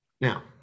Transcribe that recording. Now